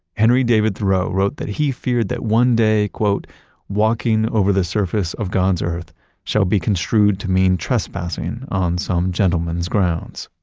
henry david thoreau wrote that he feared that one day walking over the surface of god's earth shall be construed to mean trespassing on some gentleman's grounds.